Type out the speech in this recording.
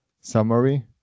summary